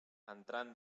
entrant